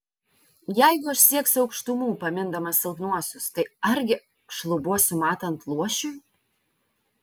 jeigu aš sieksiu aukštumų pamindamas silpnuosius tai argi šlubuosiu matant luošiui